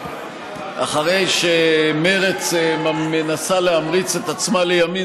אחרי שמרצ מנסה להמריץ את עצמה לימין,